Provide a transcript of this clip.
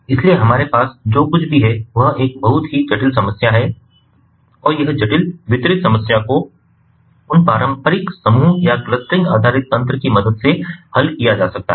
इसलिए हमारे पास जो कुछ भी है वह एक बहुत ही जटिल समस्या है और यह जटिल वितरित समस्या को उन पारंपरिक समूह या क्लस्टरिंग आधारित तंत्र की मदद से हल किया जा सकता है